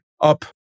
up